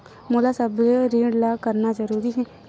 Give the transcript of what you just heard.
मोला सबो ऋण ला करना जरूरी हे?